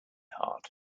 heart